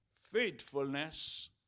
faithfulness